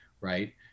right